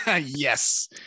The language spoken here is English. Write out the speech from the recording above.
Yes